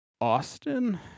Austin